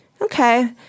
Okay